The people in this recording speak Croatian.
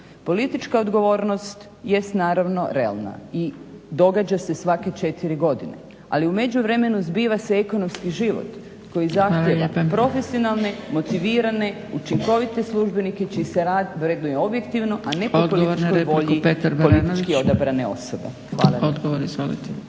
Politička odgovornost jest naravno realna i događa se svake četiri godine, ali u međuvremenu zbiva se ekonomski život koji zahtijeva profesionalne, motivirane, učinkovite službenike čiji se rad vrednuje objektivno, a ne po političkoj volji politički odabrane osobe. Hvala